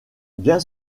bien